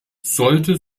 sollte